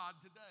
today